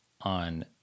on